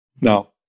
now